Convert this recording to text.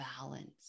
balance